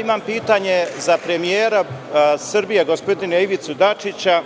Imam pitanje za premijera Srbije, gospodina Ivicu Dačića,